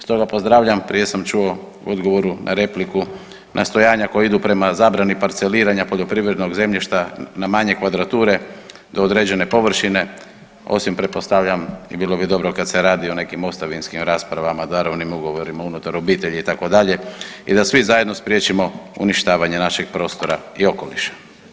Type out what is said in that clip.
Stoga pozdravljam prije sam čuo u odgovoru na repliku nastojanja koja idu prema zabrani parceliranja poljoprivrednog zemljišta na manje kvadrature do određene površine osim pretpostavljam i bilo bi dobro kad se radi o nekim ostavinskim raspravama, darovnim ugovorima unutar obitelji itd. i da svi zajedno spriječimo uništavanje našeg prostora i okoliša.